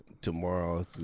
Tomorrow